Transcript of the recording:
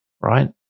right